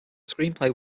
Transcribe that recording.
screenplay